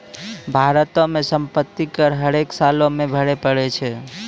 भारतो मे सम्पति कर हरेक सालो मे भरे पड़ै छै